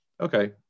okay